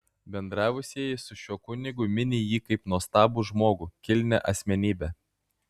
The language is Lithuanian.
bendravusieji su šiuo kunigu mini jį kaip nuostabų žmogų kilnią asmenybę